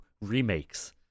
remakes